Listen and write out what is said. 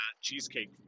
Cheesecake